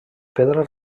pedra